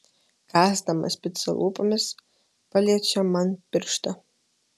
kąsdamas picą lūpomis paliečia man pirštą